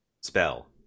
spell